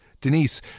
Denise